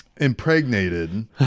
impregnated